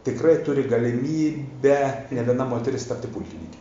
tikrai turi galimybę ne viena moteris tapti pulkininke